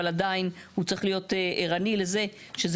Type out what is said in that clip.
אבל עדיין הוא צריך להיות ערני לזה שזה